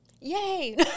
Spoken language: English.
Yay